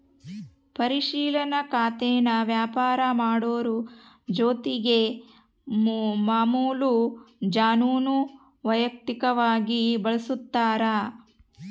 ಪರಿಶಿಲನಾ ಖಾತೇನಾ ವ್ಯಾಪಾರ ಮಾಡೋರು ಜೊತಿಗೆ ಮಾಮುಲು ಜನಾನೂ ವೈಯಕ್ತಕವಾಗಿ ಬಳುಸ್ತಾರ